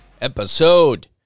episode